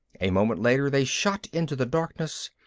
a moment later they shot into the darkness,